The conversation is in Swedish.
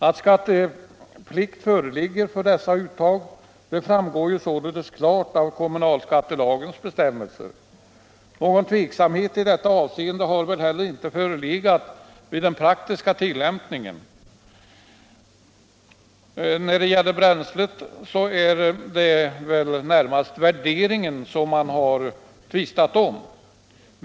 Att skatteplikt föreligger för dessa uttag framgår ju klart av kommunalskattelagens bestämmelser. Någon tveksamhet i detta avseende har heller inte förekommit vid den praktiska tillämpningen. När det gäller bränslet är det väl närmast värderingen av uttagen som man tvistat om.